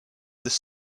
this